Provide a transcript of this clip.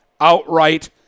outright